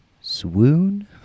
swoon